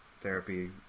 therapy